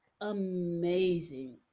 amazing